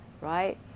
right